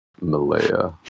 Malaya